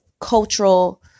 cultural